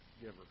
giver